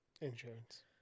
Insurance